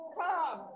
come